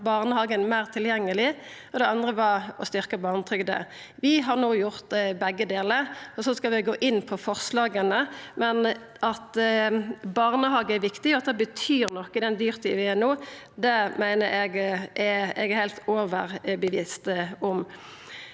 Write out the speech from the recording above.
barnehagen meir tilgjengeleg, og det andre var å styrkja barnetrygda. Vi har no gjort begge delar. Så skal vi gå inn på forslaga, men at barnehage er viktig, at det betyr noko i den dyrtida vi har no, er eg heilt overtydd om.